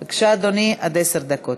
בבקשה, אדוני, עד עשר דקות.